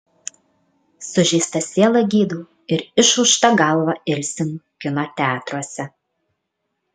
sužeistą sielą gydau ir išūžtą galvą ilsinu kino teatruose